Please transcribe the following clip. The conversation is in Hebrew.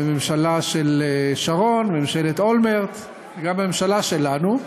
וממשלה של שרון, וממשלת אולמרט, וגם הממשלה שלנו,